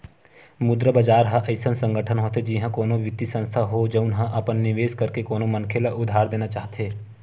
मुद्रा बजार ह अइसन संगठन होथे जिहाँ कोनो बित्तीय संस्थान हो, जउन ह अपन निवेस करके कोनो मनखे ल उधार देना चाहथे